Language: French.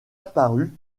apparue